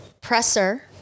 presser